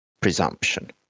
presumption